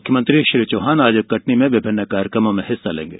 मुख्यमंत्री श्री चौहान आज कटनी में विभिन्न कार्यकमों में हिस्सा लेंगे